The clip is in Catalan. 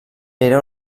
era